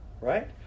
right